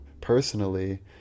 personally